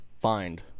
find